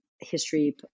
history